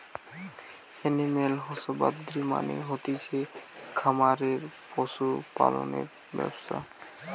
animal husbandry মানে হতিছে খামারে পশু পালনের ব্যবসা